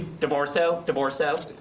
divorce, so divorce! so